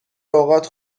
اوقات